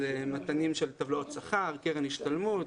על מתנים של טבלאות שכר, קרן השתלמות,